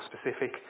specific